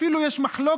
אפילו יש מחלוקת,